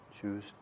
Choose